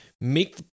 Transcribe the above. make